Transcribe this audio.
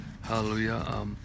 Hallelujah